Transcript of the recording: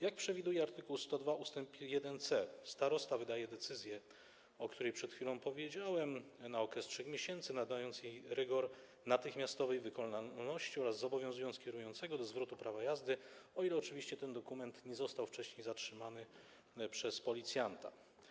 Jak przewiduje art. 102 ust. 1c, starosta wydaje decyzję, o której przed chwilą powiedziałem, na okres 3 miesięcy, nadając jej rygor natychmiastowej wykonalności oraz zobowiązując kierującego do zwrotu prawa jazdy, o ile oczywiście ten dokument nie został wcześniej zatrzymany przez policjanta.